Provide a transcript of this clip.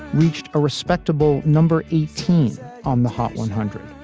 reached a respectable number eighteen on the hot one hundred.